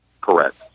Correct